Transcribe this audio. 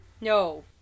No